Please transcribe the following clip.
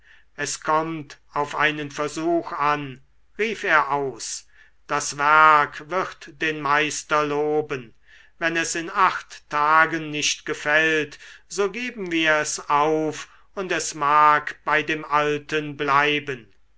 es kommt auf einen versuch an rief er aus das werk wird den meister loben wenn es in acht tagen nicht gefällt so geben wir es auf und es mag bei dem alten bleiben